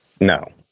No